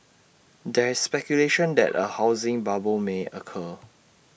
there is speculation that A housing bubble may occur